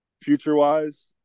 future-wise